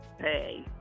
Hey